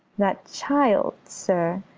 that child, sir,